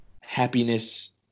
happiness